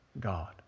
God